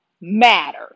matter